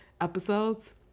episodes